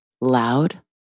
Loud